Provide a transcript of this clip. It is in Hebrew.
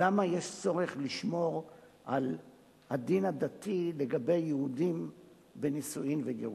למה יש צורך לשמור על הדין הדתי לגבי יהודים בנישואים וגירושים.